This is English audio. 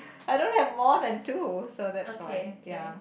I don't have more than two so that's why ya